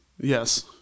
Yes